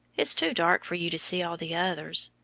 it's too dark for you to see all the others.